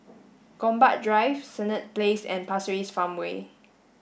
Gombak Drive Senett Place and Pasir Ris Farmway